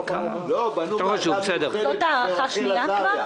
אבל כאן --- זו הארכה שנייה כבר?